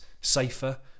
safer